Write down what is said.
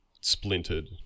splintered